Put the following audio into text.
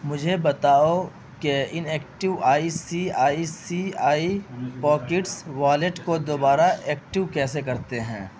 مجھے بتاؤ کہ inactive I C I C I pockets wallet کو دوبارہ ایکٹو کیسے کرتے ہیں